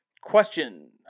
Question